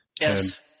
Yes